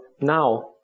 now